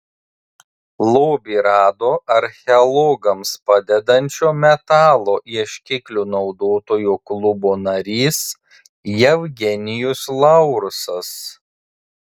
lobį rado archeologams padedančio metalo ieškiklių naudotojų klubo narys jevgenijus laursas